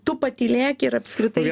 tu patylėk ir apskritai